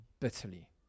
Bitterly